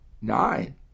nine